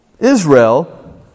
Israel